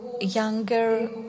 younger